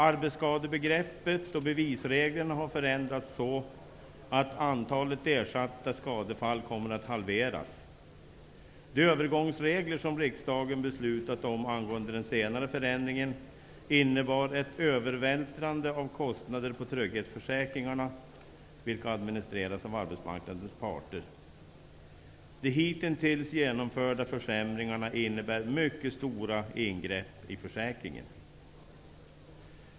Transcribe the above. Arbetsskadebegreppet och bevisreglerna har förändrats så, att antalet ersatta skadefall kommer att halveras. De övergångsregler som riksdagen har beslutat om angående den senare förändringen innebar ett övervältrande av kostnader på trygghetsförsäkringarna, vilka administreras av arbetsmarknadens parter. De hitintills genomförda försämringarna innebär mycket stora ingrepp i försäkringen.